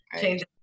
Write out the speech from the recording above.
change